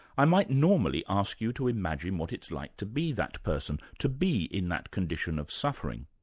i might normally ask you to imagine what it's like to be that person, to be in that condition of suffering.